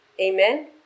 Amen